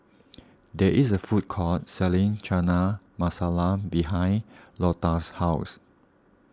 there is a food court selling Chana Masala behind Lota's house